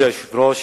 אדוני היושב-ראש,